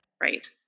right